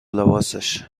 لباسش